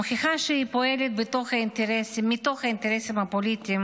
מוכיחה שהיא פועלת מתוך האינטרסים הפוליטיים